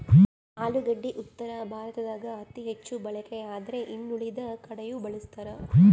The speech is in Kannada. ಆಲೂಗಡ್ಡಿ ಉತ್ತರ ಭಾರತದಾಗ ಅತಿ ಹೆಚ್ಚು ಬಳಕೆಯಾದ್ರೆ ಇನ್ನುಳಿದ ಕಡೆಯೂ ಬಳಸ್ತಾರ